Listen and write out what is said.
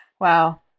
wow